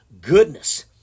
goodness